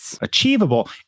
achievable